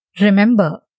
Remember